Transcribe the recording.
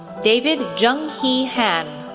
david jung hee han,